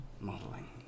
modeling